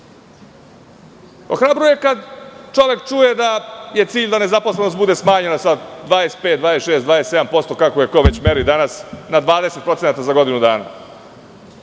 imam. Ohrabruje kada čovek čuje da je cilj da nezaposlenost bude smanjena sa 25, 26 ili 27% kako već ko meri danas, na 20% za godinu dana. Bojim